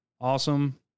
awesome